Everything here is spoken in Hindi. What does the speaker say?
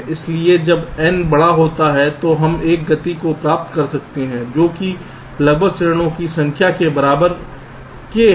इसलिए जब n बड़ा होता है तो हम एक गति प्राप्त कर सकते हैं जो कि लगभग चरणों की संख्या के बराबर k है